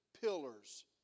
pillars